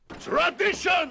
Tradition